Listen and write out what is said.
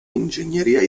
ingegneria